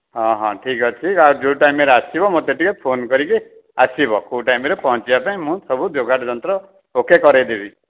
ହଁ ହଁ ଠିକ୍ ଅଛି ଆଉ ଯେଉଁ ଟାଇମ୍ରେ ଆସିବ ମୋତେ ଟିକିଏ ଫୋନ୍ କରିକି ଆସିବ କେଉଁ ଟାଇମ୍ରେ ପହଞ୍ଚିବା ପାଇଁ ମୁଁ ସବୁ ଯୋଗାଡ଼ ଯନ୍ତ୍ର ଓ କେ କରେଇଦେବି